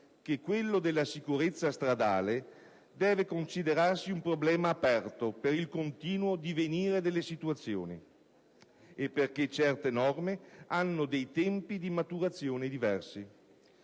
che quello della sicurezza stradale sia da considerarsi un problema aperto per il continuo divenire delle situazioni e perché certe norme hanno dei tempi di maturazione diversi.